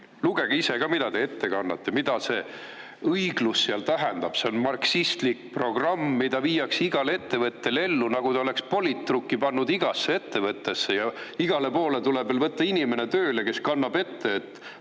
Lugege ise ka, mida te ette kannate ja mida see õiglus seal tähendab. See on marksistlik programm, mida viiakse iga ettevõtte puhul ellu nii, nagu ta oleks pannud politruki igasse ettevõttesse, ja igale poole tuleb veel võtta inimene tööle, kes kannab ette, et